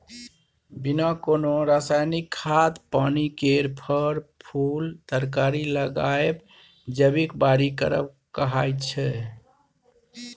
बिना कोनो रासायनिक खाद पानि केर फर, फुल तरकारी लगाएब जैबिक बारी करब कहाइ छै